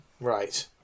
right